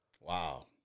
Wow